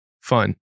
fun